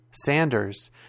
Sanders